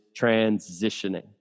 transitioning